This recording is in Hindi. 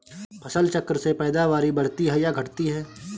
फसल चक्र से पैदावारी बढ़ती है या घटती है?